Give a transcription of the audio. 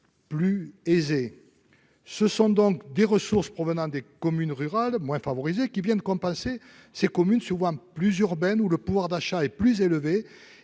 plus aisées. Ce sont donc des ressources provenant des communes rurales, moins favorisées, qui viennent compenser des communes souvent plus urbaines, où le pouvoir d'achat est plus élevé